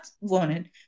wanted